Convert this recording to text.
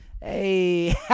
Hey